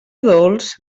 dolç